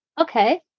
okay